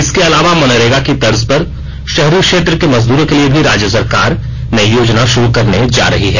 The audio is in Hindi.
इसके अलावा मनरेगा की तर्ज पर शहरी क्षेत्र के मजदूरों के लिए भी राज्य सरकार नई योजना शुरू करने जा रही है